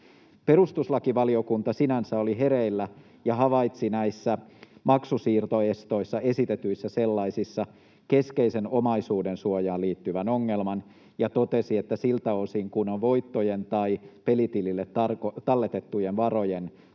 Perustuslakivaliokunta sinänsä oli hereillä ja havaitsi näissä esitetyissä maksusiirtoestoissa keskeisen omaisuudensuojaan liittyvän ongelman ja totesi, että siltä osin kuin kyse on voittojen tai pelitilille talletettujen varojen